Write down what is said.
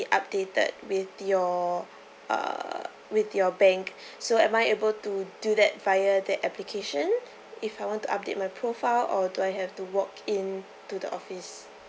updated with your err with your bank so am I able to do that via the application if I want to update my profile or do I have to walk in to the office